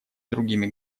другими